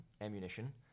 ammunition